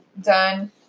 done